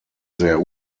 sehr